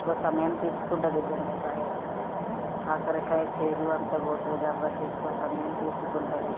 ఎక్కువ సమయం తీసుకుంటుంది బెండకాయ కాకరకాయ చేదు అంతా పోతుంది కాబట్టి ఎక్కువ సమయం తీసుకుంటుంది